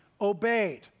obeyed